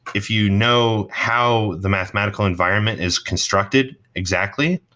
if you know how the mathematical environment is constructed exactly,